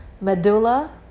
Medulla